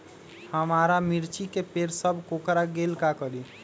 हमारा मिर्ची के पेड़ सब कोकरा गेल का करी?